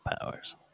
powers